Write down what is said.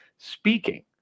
speaking